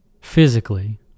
physically